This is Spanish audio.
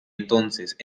entonces